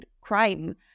crime